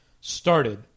started